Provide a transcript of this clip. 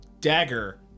dagger